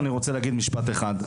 אני רוצה להגיד משפט אחד,